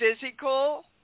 physical